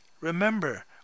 Remember